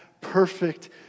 perfect